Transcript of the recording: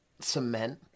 cement